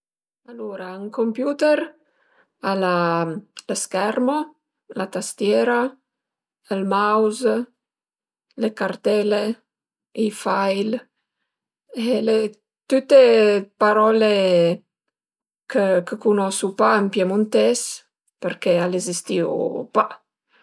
Alura, ën computer al a lë schermo, la tastiera, ël mouse, le cartele, ël file e tüte parole chë cunosu pa ën piemuntes përché al ezistìu pa